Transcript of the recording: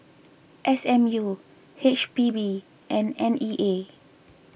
S M U H P B and N E A